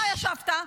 אתה ישבת,